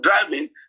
driving